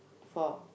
four